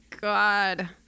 God